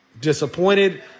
disappointed